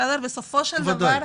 בסופו של דבר,